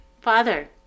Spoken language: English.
Father